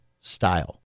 style